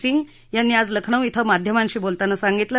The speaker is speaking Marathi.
सिंग यांनी आज लखनौ श्वे माध्यमांशी बोलताना सांगितलं